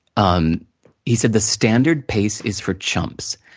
um he said, the standard pace is for chumps.